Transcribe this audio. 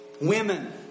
Women